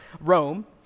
Rome